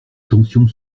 tension